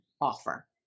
offer